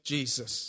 Jesus